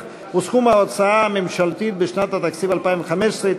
וסכום ההוצאה הממשלתית בשנת התקציב 2015),